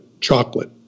chocolate